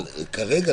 אבל כרגע,